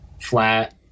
flat